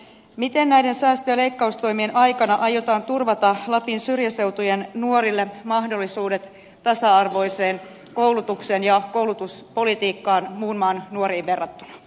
miten näiden säästö ja leikkaustoimien aikana aiotaan turvata lapin syrjäseutujen nuorille mahdollisuudet tasa arvoiseen koulutukseen ja koulutuspolitiikkaan muun maan nuoriin verrattuna